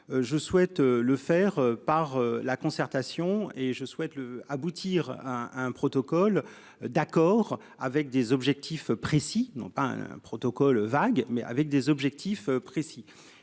Je souhaite le faire par la concertation et je souhaite le aboutir à un protocole d'accord avec des objectifs précis non pas un protocole vague mais avec des objectifs précis